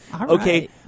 Okay